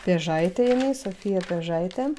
piežaitė jinai sofija piežaitė